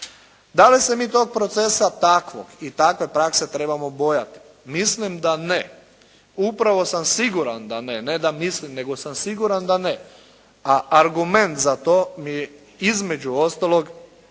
Da li se mi tog procesa takvog i takve prakse trebamo bojati? Mislim da ne. Upravo sam siguran da ne, ne da mislim nego sam siguran da ne, a argument za to mi između ostaloga